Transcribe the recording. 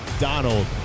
Donald